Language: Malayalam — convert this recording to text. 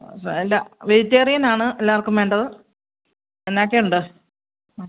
ആ അല്ല വെജിറ്റേറിയനാണ് എല്ലാവർക്കും വേണ്ടത് എന്നാൽ ഒക്കെയുണ്ട് ആ